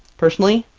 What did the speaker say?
personally,